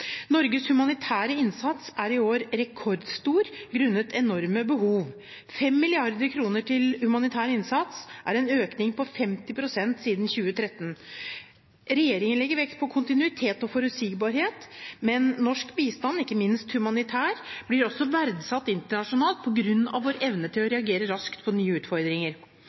Norges humanitære innsats er i år rekordstor grunnet enorme behov. 5 mrd. kr til humanitær innsats er en økning på 50 pst. siden 2013. Regjeringen legger vekt på kontinuitet og forutsigbarhet. Men norsk bistand, ikke minst humanitær bistand, blir også verdsatt internasjonalt på grunn av vår evne til å reagere raskt på nye